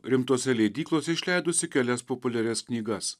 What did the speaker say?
rimtose leidyklos išleidusi kelias populiarias knygas